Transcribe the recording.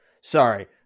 sorry